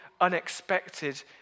unexpected